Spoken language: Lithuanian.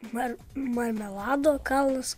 man marmelado kalnus